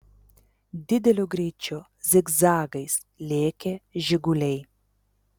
dideliu greičiu zigzagais lėkė žiguliai